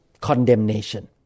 condemnation